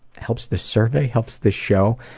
helps the survey! helps the show.